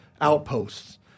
outposts